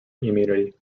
immunity